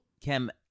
Kim